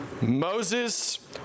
Moses